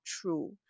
true